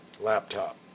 laptop